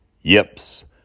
Yips